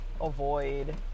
avoid